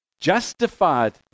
justified